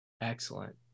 Excellent